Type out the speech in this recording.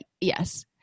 yes